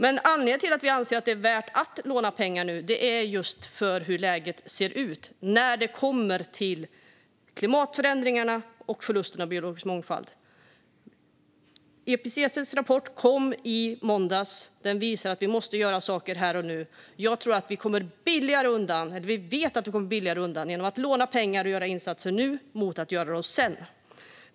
Men anledningen till att vi anser att det är värt att låna pengar nu är hur läget ser ut när det gäller klimatförändringarna och förlusten av biologisk mångfald. IPCC:s rapport kom i måndags. Den visar att vi måste göra saker här och nu. Jag tror att vi kommer billigare undan, eller vi vet att vi kommer billigare undan, om vi lånar pengar och gör insatser nu än om vi gör det sedan.